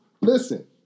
Listen